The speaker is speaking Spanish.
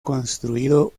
construido